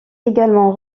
également